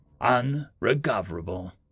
Unrecoverable